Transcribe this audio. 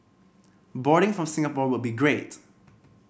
boarding from Singapore would be great